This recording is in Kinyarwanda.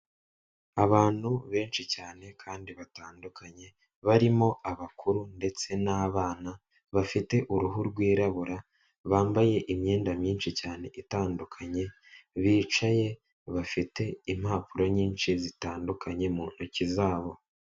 Abantu benshi cyane kandi batandukanye barimo abakuru ndetse n'abana bafite uruhu rwirabura, bambaye imyenda myinshi cyane itandukanye, bicaye bafite impapuro nyinshi zitandukanye mu ntoki zabo.